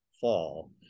fall